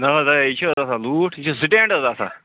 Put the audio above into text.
نہَ حظ ہے یہِ چھِ حظ آسان لوٗٹھ یہِ چھِ سِٹینٛڈ حظ آسان